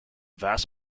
vast